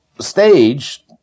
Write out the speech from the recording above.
stage